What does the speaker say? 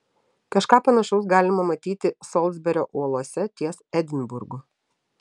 kažką panašaus galima matyti solsberio uolose ties edinburgu